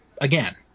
again